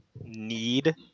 need